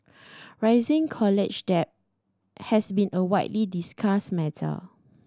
rising college debt has been a widely discussed matter